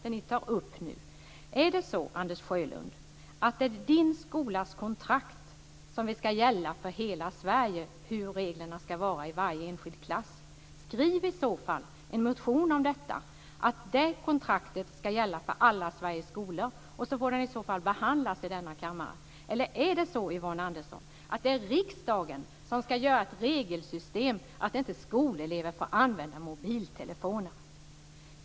Är det så, Anders Sjölund, att det är Anders Sjölunds skolas kontrakt som ska gälla för hela Sverige? Skriv i så fall en motion om detta, att kontraktet ska gälla för alla Sveriges skolor, och sedan får den behandlas i denna kammare. Är det så, Yvonne Andersson, att det är riksdagen som ska skapa ett regelsystem om att skolelever inte får använda mobiltelefoner?